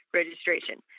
registration